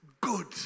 good